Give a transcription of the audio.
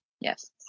yes